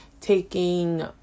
taking